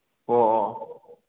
ꯑꯣ ꯑꯣ ꯑꯣ